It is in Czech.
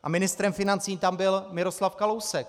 A ministrem financí tam byl Miroslav Kalousek.